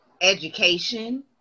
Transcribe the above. education